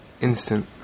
Instant